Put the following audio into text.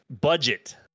Budget